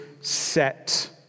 set